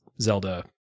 Zelda